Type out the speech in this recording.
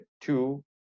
two